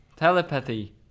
Telepathy